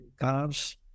cars